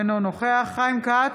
אינו נוכח חיים כץ,